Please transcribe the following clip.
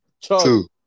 two